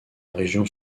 région